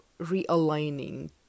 realigning